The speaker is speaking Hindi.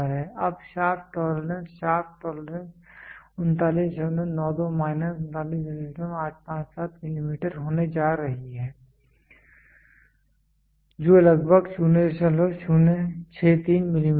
अब shaft tolerance shaft tolerance 3992 minus 39857 millimetre होने जा रही है जो लगभग 0063 मिलीमीटर है